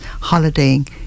holidaying